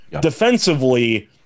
Defensively